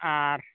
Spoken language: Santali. ᱟᱨ